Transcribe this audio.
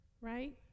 Right